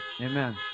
Amen